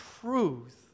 truth